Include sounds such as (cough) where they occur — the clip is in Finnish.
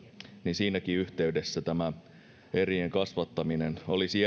siinäkin yhteydessä tämä erien kasvattaminen olisi (unintelligible)